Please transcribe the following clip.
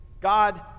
God